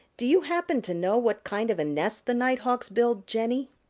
do you happen to know what kind of a nest the nighthawks build, jenny?